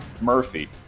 Murphy